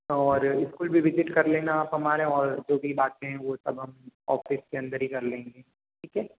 और स्कूल भी विज़िट कर लेना आप हमारा और जो भी बातें हैं वो सब हम ऑफिस के अंदर ही कर लेंगे ठीक है